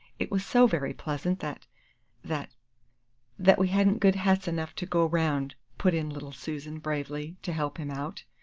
it was so very pleasant that that that we hadn't good hats enough to go round, put in little susan, bravely, to help him out,